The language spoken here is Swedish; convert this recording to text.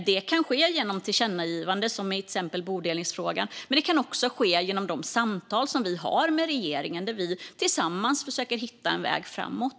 Det kan ske genom tillkännagivanden som i bodelningsfrågan, men det kan också ske genom de samtal som vi har med regeringen där vi tillsammans försöker hitta en väg framåt.